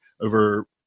over